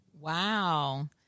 Wow